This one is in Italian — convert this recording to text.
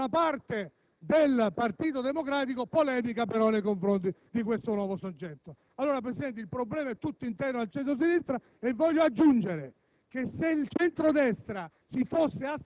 che non sono confluiti nel Partito Democratico, o di una parte del Partito Democratico, in polemica, però, nei confronti di questo nuovo soggetto. Signor Presidente, il problema è dunque tutto interno al centro-sinistra. Aggiungo